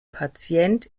patient